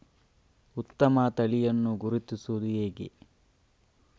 ಉತ್ತಮ ತಳಿಯನ್ನು ಗುರುತಿಸುವುದು ಹೇಗೆ?